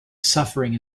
suffering